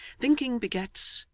thinking begets,